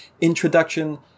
introduction